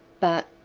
but,